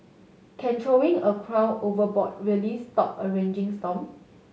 can throwing a crown overboard really stop a raging storm